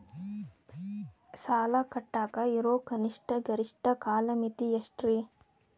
ಸಾಲ ಕಟ್ಟಾಕ ಇರೋ ಕನಿಷ್ಟ, ಗರಿಷ್ಠ ಕಾಲಮಿತಿ ಎಷ್ಟ್ರಿ?